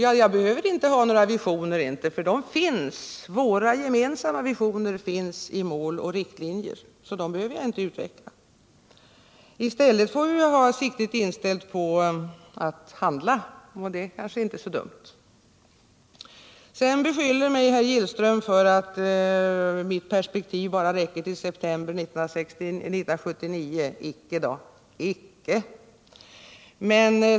Ja, jag behöver inte ha några visioner, för våra gemensamma visioner finns i mål och riktlinjer, så dessa behöver jag inte utveckla. I stället får vi ha siktet inställt på att handla, och det vore kanske inte så dumt. Herr Gillström beskyller mig för att mitt perspektiv bara räcker till september 1979.